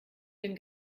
den